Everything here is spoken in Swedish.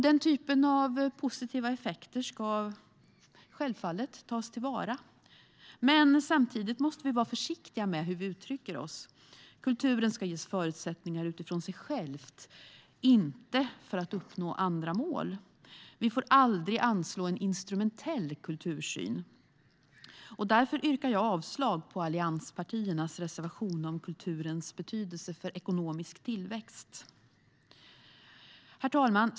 Den typen av positiva effekter ska självfallet tas till vara. Samtidigt måste vi vara försiktiga med hur vi uttrycker oss. Kulturen ska ges förutsättningar utifrån sig själv, inte för att uppnå andra mål. Vi får aldrig anslå en instrumentell kultursyn. Därför yrkar jag avslag på allianspartiernas reservation om kulturens betydelse för ekonomisk tillväxt. Herr talman!